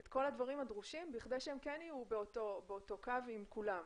את כל הדברים הדרושים כדי שהם כן יהיו באותו קו עם כולם.